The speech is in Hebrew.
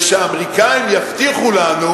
זה שהאמריקנים יבטיחו לנו,